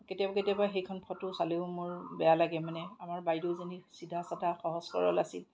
কেতিয়াবা কেতিয়াবা সেইখন ফটো চালেও মোৰ বেয়া লাগে মানে আমাৰ বাইদেউজনী চিধা চাধা সহজ সৰল আছিল